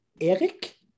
Eric